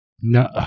No